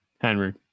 Henry